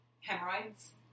hemorrhoids